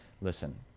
Listen